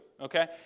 Okay